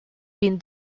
been